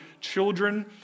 children